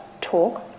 talk